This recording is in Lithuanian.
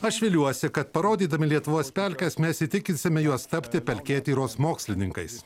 aš viliuosi kad parodydami lietuvos pelkes mes įtikinsime juos tapti pelkėtyros mokslininkais